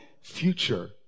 future